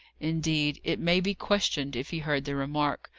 indeed, it may be questioned if he heard the remark,